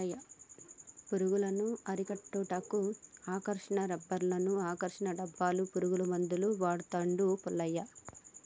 పురుగులను అరికట్టుటకు ఆకర్షణ రిబ్బన్డ్స్ను, ఆకర్షణ డబ్బాలు, పురుగుల మందులు వాడుతాండు పుల్లయ్య